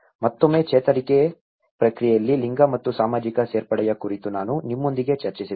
ಮತ್ತೊಮ್ಮೆ ಚೇತರಿಕೆ ಪ್ರಕ್ರಿಯೆಯಲ್ಲಿ ಲಿಂಗ ಮತ್ತು ಸಾಮಾಜಿಕ ಸೇರ್ಪಡೆಯ ಕುರಿತು ನಾನು ನಿಮ್ಮೊಂದಿಗೆ ಚರ್ಚಿಸಿದ್ದೇನೆ